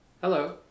Hello